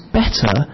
better